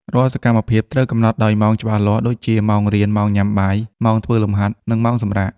រាល់សកម្មភាពត្រូវកំណត់ដោយម៉ោងច្បាស់លាស់ ដូចជា ម៉ោងរៀន ម៉ោងញ៉ាំបាយ ម៉ោងធ្វើលំហាត់ និងម៉ោងសម្រាក។